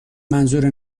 منظور